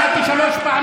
פעמים